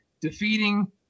defeating